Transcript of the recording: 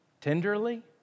tenderly